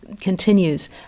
continues